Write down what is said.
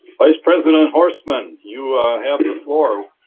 vice president horstman, you have the floor.